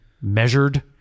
measured